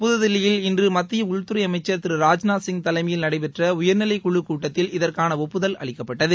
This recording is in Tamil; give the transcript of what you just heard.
புத்தில்லியில் இன்று மத்திய உள்துறை அமைச்ச் திரு ராஜ்நாத் சிங் தலைமையில் நடைபெற்ற உயர்நிலைக்குழுக் கூட்டத்தில் இதற்கான ஒப்புதல் அளிக்கப்பட்டது